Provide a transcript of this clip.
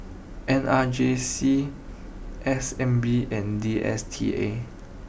N R J C S N B and D S T A